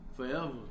Forever